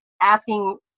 asking